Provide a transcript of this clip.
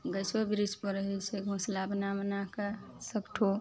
गाछो वृक्षपर रहय छै घोसला बनाय बनाय कए सबठो